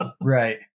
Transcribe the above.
Right